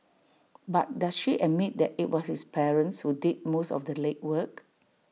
but does she admit that IT was his parents who did most of the legwork